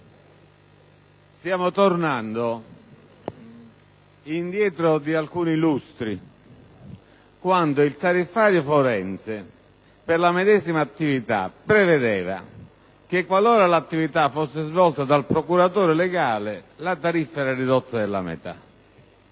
stiamo tornando indietro di alcuni lustri, quando il tariffario forense per la medesima attività prevedeva che, qualora l'attività fosse svolta dal procuratore legale, la tariffa era ridotta della metà.